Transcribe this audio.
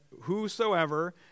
whosoever